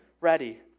ready